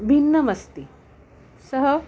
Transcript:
भिन्नमस्ति सः